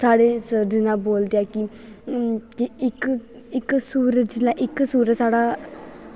साढ़े सर जि'यां बोलदे ऐ कि इक इक सुर जिसलै इक सुर साढ़ा